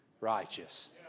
righteous